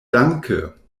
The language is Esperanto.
danke